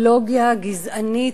לאידיאולוגיה גזענית.